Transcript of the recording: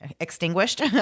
extinguished